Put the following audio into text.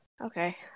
Okay